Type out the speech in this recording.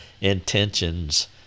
intentions